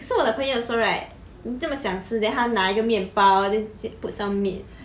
可是我的朋友说 right 你这么想吃 then 他拿一个面包 then put some meat